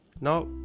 now